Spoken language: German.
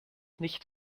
nicht